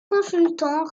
consultant